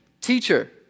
teacher